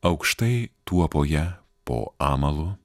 aukštai tuopoje po amalu